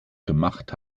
gemacht